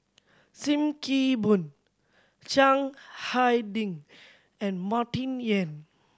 Sim Kee Boon Chiang Hai Ding and Martin Yan